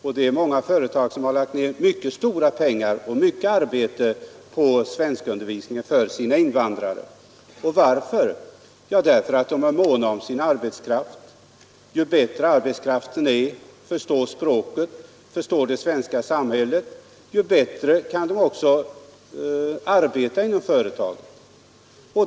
Många företag har lagt ned mycket stora pengar och mycket arbete på svenskundervisningen för sina invandrare. Och varför? Ja, därför att de är måna om sin arbetskraft. Ju bättre arbetskraften är — förstår språket och det svenska samhället — desto bättre kan den också arbeta inom företagen.